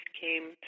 came